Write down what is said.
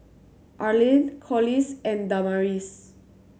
Arlyn Corliss and Damaris